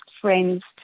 friends